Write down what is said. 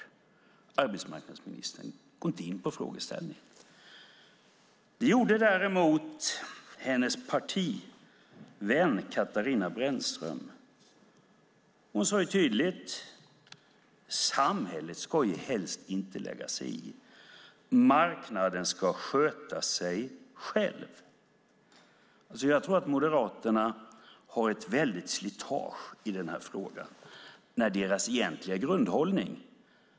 Arbetsmarknadsministern går inte in på frågeställningen. Det gjorde däremot hennes partivän Katarina Brännström. Hon sade tydligt: Samhället ska helst inte lägga sig i. Marknaden ska sköta sig själv. Jag tror att Moderaterna har ett väldigt slitage i den här frågan när det gäller deras egentliga grundhållning.